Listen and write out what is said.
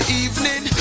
evening